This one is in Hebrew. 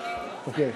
אוקיי.